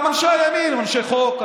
גם אנשי הימין הם אנשי חוק,